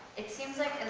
it seems like